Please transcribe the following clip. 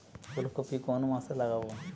ফুলকপি কোন মাসে লাগাবো?